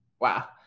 Wow